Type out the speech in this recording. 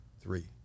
Three